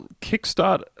Kickstart